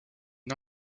une